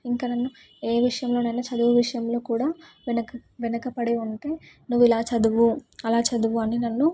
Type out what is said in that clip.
ఇంక నన్ను ఏ విషయంలోనైనా చదువు విషయంలో కూడా వెనక వెనకబడి ఉంటే నువ్వు ఇలా చదువు అలా చదువు అని నన్ను